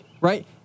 Right